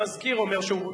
המזכיר אומר שהוא בוטל.